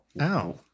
Ow